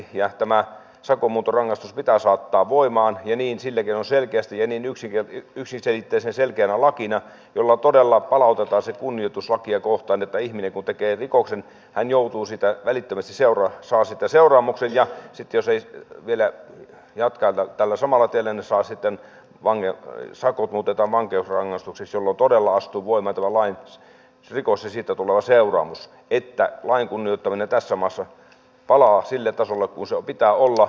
tämä sakon muuntorangaistus pitää saattaa voimaan ja sillä keinoin selkeästi ja niin yksiselitteisen selkeänä lakina että sillä todella palautetaan kunnioitus lakia kohtaan että ihminen kun tekee rikoksen hän saa siitä välittömästi seuraamuksen ja sitten jos vielä jatkaa tällä samalla tiellä niin sitten sakot muutetaan vankeusrangaistukseksi jolloin todella astuu voimaan tämä rikoksesta tuleva seuraamus että lain kunnioittaminen tässä maassa palaa sille tasolle millä sen pitää olla